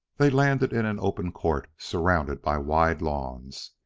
they landed in an open court surrounded by wide lawns.